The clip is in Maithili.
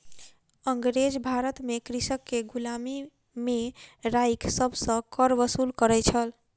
अँगरेज भारत में कृषक के गुलामी में राइख सभ सॅ कर वसूल करै छल